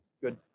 Good